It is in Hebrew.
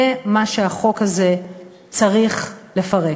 זה מה שהחוק הזה צריך לפרק.